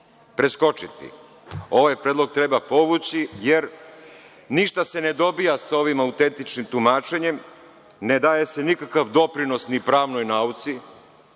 Ovaj predlog treba povući jer ništa se ne dobija sa ovim autentičnim tumačenjem, ne daje se nikakav doprinos ni pravnoj nauci,